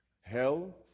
Hell